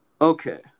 Okay